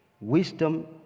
Wisdom